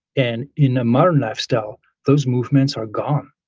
and in a modern lifestyle, those movements are gone.